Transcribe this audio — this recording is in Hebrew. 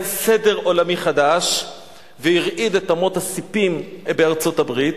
סדר עולמי חדש והרעיש את אמות הספים בארצות-הברית,